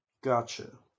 Gotcha